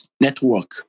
Network